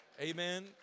Amen